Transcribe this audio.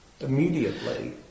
immediately